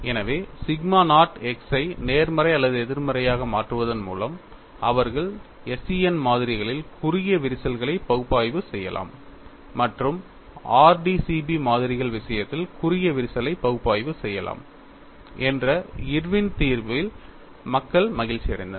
எனவே sigma naught x ஐ நேர்மறை அல்லது எதிர்மறையாக மாற்றுவதன் மூலம் அவர்கள் SEN மாதிரிகளில் குறுகிய விரிசல்களை பகுப்பாய்வு செய்யலாம் மற்றும் RDCB மாதிரிகள் விஷயத்தில் குறுகிய விரிசல்களை பகுப்பாய்வு செய்யலாம் என்ற இர்வின் தீர்வில் மக்கள் மகிழ்ச்சியடைந்தனர்